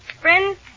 friends